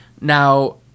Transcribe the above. Now